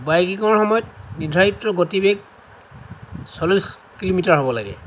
বাইকিঙৰ সময়ত নিৰ্ধাৰিত গতিবেগ চল্লিছ কিলোমিটাৰ হ'ব লাগে